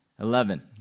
Eleven